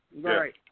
Right